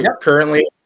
currently